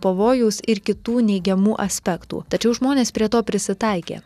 pavojaus ir kitų neigiamų aspektų tačiau žmonės prie to prisitaikė